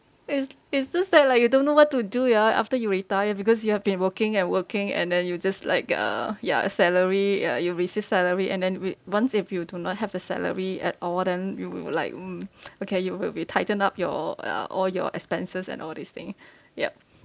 it's it's just that like you don't know what to do ya after you retire because you have been working and working and then you just like uh ya salary ya you receive salary and then with once if you do not have the salary at all then you will like mm okay you will be tightened up your uh all your expenses and all this thing yup